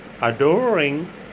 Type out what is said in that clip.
Adoring